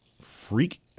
freak